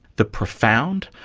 the profound,